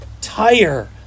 tire